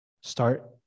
Start